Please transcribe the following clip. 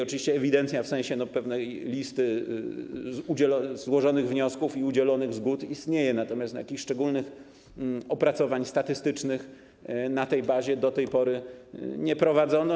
Oczywiście ewidencja w sensie pewnej listy złożonych wniosków i udzielonych zgód istnieje, natomiast jakichś szczególnych opracowań statystycznych na tej bazie do tej pory nie prowadzono.